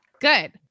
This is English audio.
Good